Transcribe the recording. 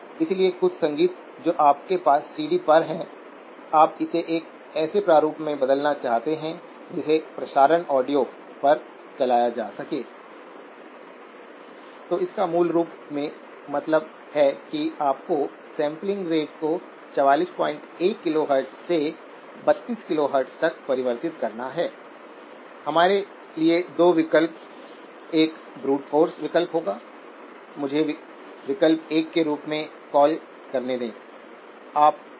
इसलिए बड़ी लिमिट से शुरू होने वाला बड़ा अलगाव vi लिए होगा क्योंकि तब जाने के लिए बहुत अधिक जगह है